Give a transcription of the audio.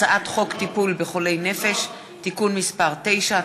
הצעת חוק טיפול בחולי נפש (תיקון מס' 9),